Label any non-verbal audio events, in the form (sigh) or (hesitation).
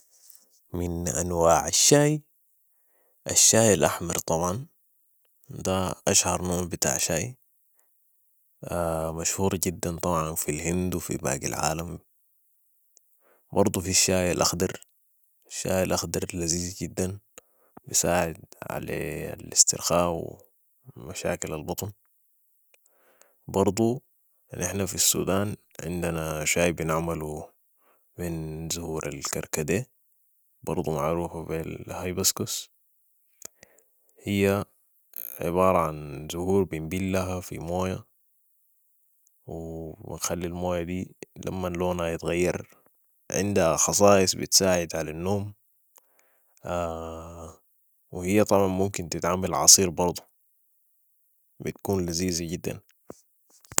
من انواع الشاي ، الشاي الاحمر طبعا ده اشهر نوع بتاع شاي (hesitation) مشهور جدا طبعاً في الهند و في باقي العالم برضو في الشاي الاخضر و الشاي الاخضر لزيز جدا بيساعد علي الاسترخاء و مشاكل البطن برضو نحن في السودان نحن عندنا شاي بنعملو من زهور الكركدي برضو معروفة بالهيبسكس هي عبارة عن زهور بنبلها في موية و نخلي الموية دي لمن لونها يتغير عندها خصائص بتساعد علي النوم (hesitation) وهي طبعاً ممكن تتعمل عصير برضو و بتكون لزيزة جدا